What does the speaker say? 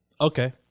Okay